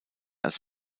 als